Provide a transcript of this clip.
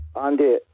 Andy